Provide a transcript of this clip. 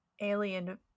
alien